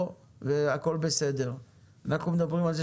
מדובר פה על מסלול